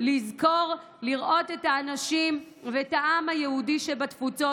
לזכור, לראות את האנשים ואת העם היהודי שבתפוצות.